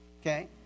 Okay